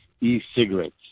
e-cigarettes